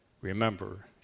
Remember